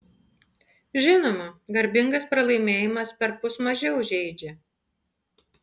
žinoma garbingas pralaimėjimas perpus mažiau žeidžia